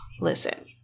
listen